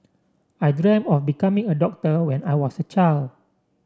I dreamt of becoming a doctor when I was a child